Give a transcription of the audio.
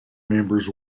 members